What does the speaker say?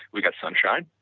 we got sunshine,